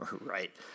Right